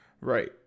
right